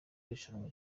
irushanwa